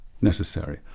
necessary